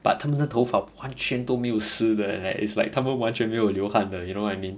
but 他们的头发完全都没有湿的 eh it's like 他们完全没有流汗的 you know what I mean